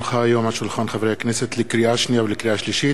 ובכן, 27 בעד, אין מתנגדים, אין נמנעים.